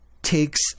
Takes